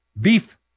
beef